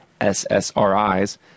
SSRIs